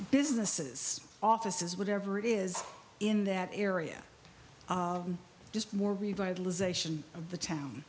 businesses offices whatever it is in that area just more revitalization of the town